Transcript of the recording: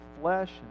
flesh